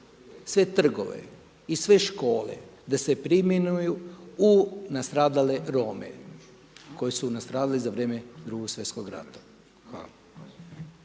sve trgove i sve škole da se preimenuju u nastradale Rome koji su nastradali za vrijeme Drugog svjetskog rata. Hvala.